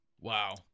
wow